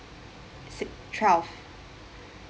six twelve